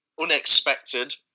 unexpected